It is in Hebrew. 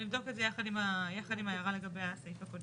נבדוק את זה יחד עם ההערה לגבי הסעיף הקודם.